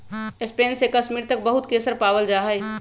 Spain से कश्मीर तक बहुत केसर पावल जा हई